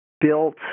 built